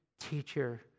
teacher